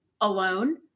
alone